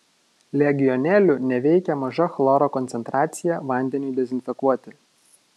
legionelių neveikia maža chloro koncentracija vandeniui dezinfekuoti